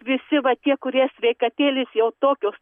visi va tie kurie sveikatėlės jau tokios